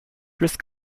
risk